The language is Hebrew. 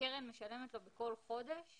הקרן משלמת לו בכל חודש